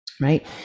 right